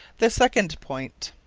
the second point.